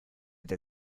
der